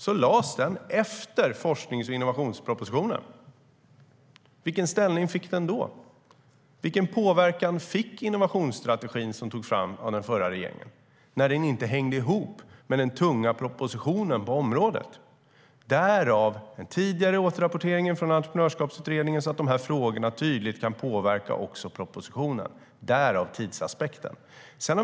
Den lades fram efter forsknings och innovationspropositionen lades fram. Vilken ställning fick strategin då? Vilken påverkan fick innovationsstrategin som togs fram av den förra regeringen när den inte hängde ihop med den tunga propositionen på området? Därför blir det nu en tidigare återrapportering från denna entreprenörskapsutredning så att frågorna tydligt kan påverka också propositionen. Det är tidsaspekten.